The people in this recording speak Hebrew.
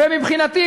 ומבחינתי,